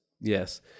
Yes